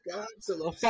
Godzilla